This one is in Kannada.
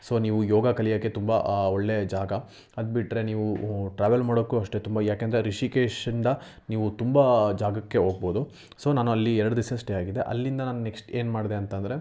ಸೊ ನೀವು ಯೋಗ ಕಲಿಯೋಕ್ಕೆ ತುಂಬ ಒಳ್ಳೆಯ ಜಾಗ ಅದು ಬಿಟ್ಟರೆ ನೀವು ಟ್ರಾವೆಲ್ ಮಾಡೋಕ್ಕು ಅಷ್ಟೆ ತುಂಬ ಯಾಕಂದರೆ ರಿಷಿಕೇಶ್ ಇಂದ ನೀವು ತುಂಬ ಜಾಗಕ್ಕೆ ಹೋಗ್ಬೋದು ಸೊ ನಾನು ಅಲ್ಲಿ ಎರಡು ದಿವ್ಸ ಸ್ಟೇ ಆಗಿದ್ದೆ ಅಲ್ಲಿಂದ ನಾನು ನೆಕ್ಸ್ಟ್ ಏನು ಮಾಡಿದೆ ಅಂತ ಅಂದರೆ